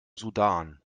sudan